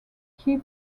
key